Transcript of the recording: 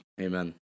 Amen